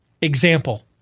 example